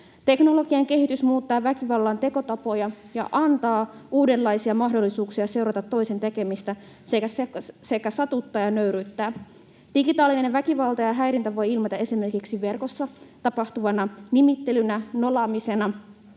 Teknologian kehitys muuttaa väkivallan tekotapoja ja antaa uudenlaisia mahdollisuuksia seurata toisen tekemisiä sekä satuttaa ja nöyryyttää. Digitaalinen väkivalta ja häirintä voivat ilmetä esimerkiksi verkossa tapahtuvana nimittelynä, nolaamisena,